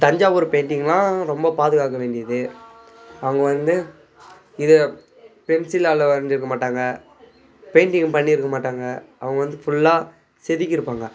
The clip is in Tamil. தஞ்சாவூர் பெயிண்டிங்கெலாம் ரொம்ப பாதுகாக்க வேண்டியது அவங்க வந்து இதை பென்சிலால் வரைஞ்சிருக்க மாட்டாங்க பெயிண்டிங் பண்ணியிருக்க மாட்டாங்க அவங்க வந்து ஃபுல்லாக செதுக்கியிருப்பாங்க